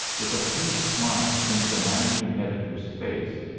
with a faint smile, into the managing editor's face.